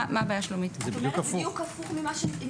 אומרת בדיוק הפוך.